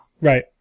Right